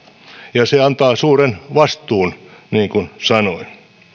ja se antaa suuren vastuun niin kuin sanoin